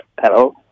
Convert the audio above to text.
hello